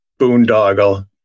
boondoggle